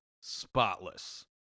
spotless